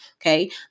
okay